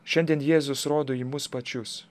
šiandien jėzus rodo į mus pačius